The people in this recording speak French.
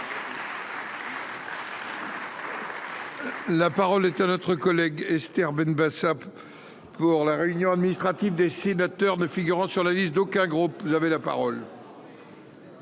La parole est à Mme Esther Benbassa, pour la réunion administrative des sénateurs ne figurant sur la liste d'aucun groupe. Mes chers